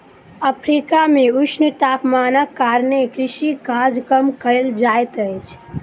Africa मे ऊष्ण तापमानक कारणेँ कृषि काज कम कयल जाइत अछि